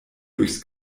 durchs